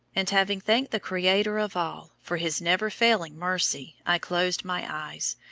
and having thanked the creator of all for his never-failing mercy, i closed my eyes,